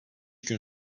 gün